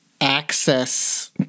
access